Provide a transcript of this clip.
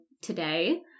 today